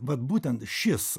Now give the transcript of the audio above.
vat būtent šis